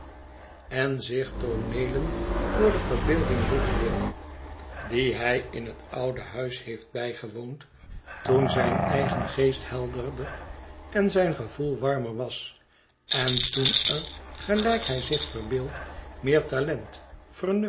en zich de tooneelen voor de verbeelding roepende die hij in het oude huis heeft bijgewoond toen zijn eigen geest helderder en zijn gevoel warmer was en toen er gelijk hij zich verbeeldt meer talent